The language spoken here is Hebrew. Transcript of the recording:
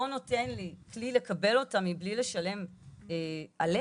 נותן לי כלי לקבל אותה מבלי לשלם עליה,